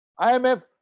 IMF